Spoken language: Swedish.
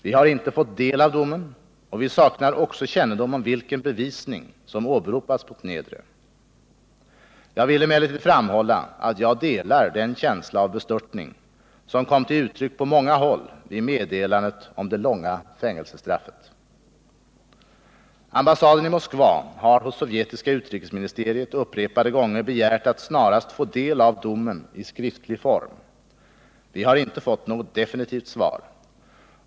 Vi har inte fått del av domen och vi saknar också kännedom om vilken bevisning som åberopats mot Niedre. Jag vill emellertid framhålla att jag delar den känsla av bestörtning som kom till uttryck på många håll vid meddelandet om det långa fängelsestraffet. gånger begärt att snarast få del av domen i skriftlig form. Vi har inte fått något Nr 47 definitivt svar.